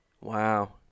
Wow